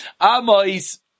Amois